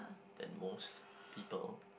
than most people